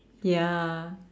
ya